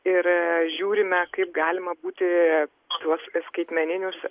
ir žiūrime kaip galima būti šiuos skaitmeninius